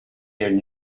elle